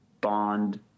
bond